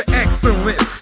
excellence